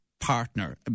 partner